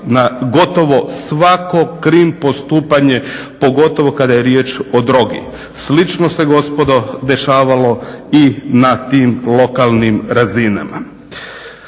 na gotovo svako krim postupanje pogotovo kada je riječ o drogi. Slično se gospodo dešavalo i na tim lokalnim razinama.